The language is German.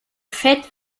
fett